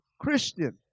Christian